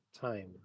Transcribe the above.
time